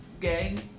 gang